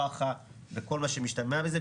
פח"ע וכל מה שמשתמע מזה,